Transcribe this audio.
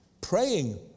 praying